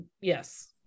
yes